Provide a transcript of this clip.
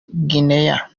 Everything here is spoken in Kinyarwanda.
guinea